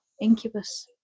incubus